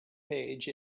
page